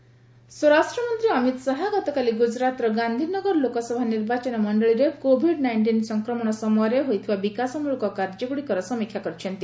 Shah review meeting ସ୍ୱରାଷ୍ଟ୍ରମନ୍ତ୍ରୀ ଅମିତ ଶାହା ଗତକାଲି ଗୁଜରାତର ଗାନ୍ଧୀନଗର ଲୋକସଭା ନିର୍ବାଚନ ମଣ୍ଡଳୀରେ କୋଭିଡ୍ ନାଇଷ୍ଟିନ୍ ସଂକ୍ରମଣ ସମୟରେ ହୋଇଥିବା ବିକାଶମୂଳକ କାର୍ଯ୍ୟଗୁଡ଼ିକର ସମୀକ୍ଷା କରିଛନ୍ତି